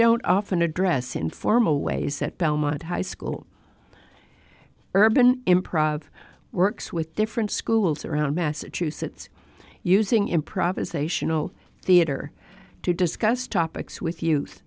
don't often address in formal ways at belmont high school urban improv works with different schools around massachusetts using improvisational theater to discuss topics with youth